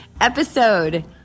episode